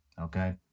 okay